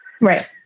Right